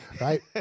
Right